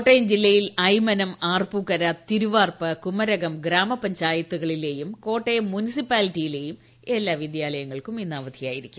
കോട്ടയം ജില്ലയിൽ അയ്മനം ആർപ്പൂക്കര തിരുവാർപ്പ് കുമരകം ഗ്രാമപഞ്ചായത്തുകളിലെയും കോട്ടയം മുനിസിപ്പാലിറ്റിയിലെയും എല്ലാ വിദ്യാലയങ്ങൾക്കും ഇന്ന് അവധിയായിരിക്കും